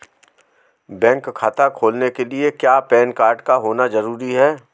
Bank खाता खोलने के लिए क्या पैन कार्ड का होना ज़रूरी है?